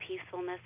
peacefulness